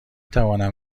توانم